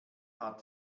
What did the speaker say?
hat